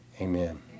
amen